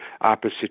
opposite